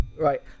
Right